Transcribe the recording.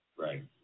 Right